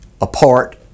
apart